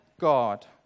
God